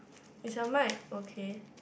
is your mic okay